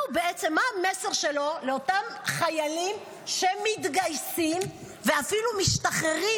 מה בעצם המסר שלו לאותם חיילים שמתגייסים ואפילו משתחררים,